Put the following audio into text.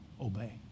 obey